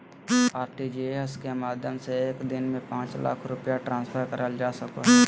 RTGS के माध्यम से एक दिन में पांच लाख रुपया ट्रांसफर करल जा सको हय